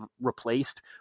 replaced